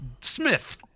Smith